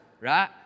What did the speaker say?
right